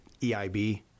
EIB